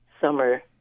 summer